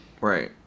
right